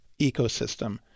ecosystem